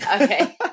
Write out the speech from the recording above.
Okay